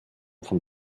von